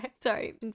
sorry